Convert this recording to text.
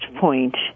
point